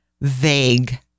vague